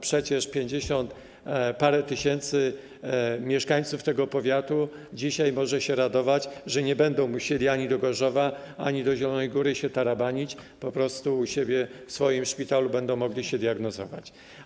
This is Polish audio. Pięćdziesiąt parę tysięcy mieszkańców tego powiatu dzisiaj może się radować, że nie będą musieli ani do Gorzowa, ani do Zielonej Góry się tarabanić, po prostu u siebie, w swoim szpitalu, będą mogli się diagnozować.